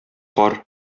кар